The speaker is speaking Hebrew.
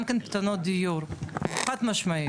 גם כאן תעשייה, זה גם כן פתרונות דיור חד משמעית,